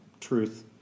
truth